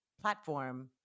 platform